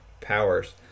powers